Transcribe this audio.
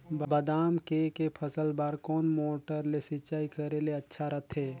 बादाम के के फसल बार कोन मोटर ले सिंचाई करे ले अच्छा रथे?